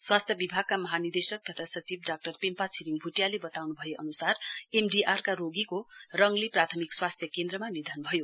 स्वास्थ्य विभागका महानिदेशक तथा सचिव डाक्टर पेम्पा छिरिङ भुटियाले बताउनु भए अनुसार एमडीआर का रोगीको रङली प्राथमिक स्वास्थ्य केन्द्रमा निधन भयो